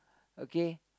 okay